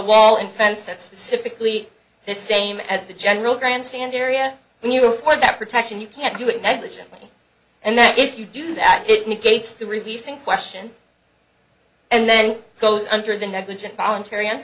wall and fence that's specifically the same as the general grandstand area and you want that protection you can't do it negligently and that if you do that it negates the releasing question and then goes under the negligent voluntary